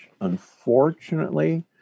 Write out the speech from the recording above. Unfortunately